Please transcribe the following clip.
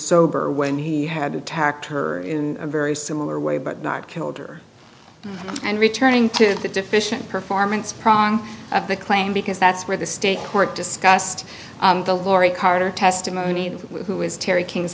sober when he had attacked her in a very similar way but not killed her and returning to the deficient performance pronk of the claim because that's where the state court discussed the lori carter testimony who is terry king